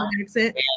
accent